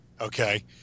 Okay